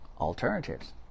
alternatives